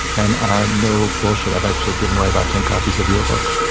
and ah no bullshit. i've actually given away about ten copies of your book.